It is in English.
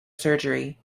surgery